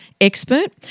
expert